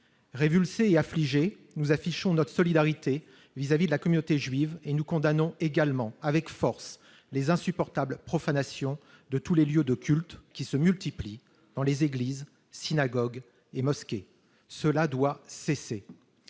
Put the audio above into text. Révulsés et affligés, nous affichons notre solidarité à l'égard de la communauté juive et nous condamnons avec force les insupportables profanations de tous les lieux de culte qui se multiplient dans les églises, synagogues et mosquées. Cela doit cesser